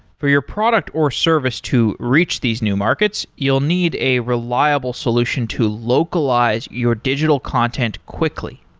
for your product or service to reach these new markets, you'll need a reliable solution to localize your digital content quickly.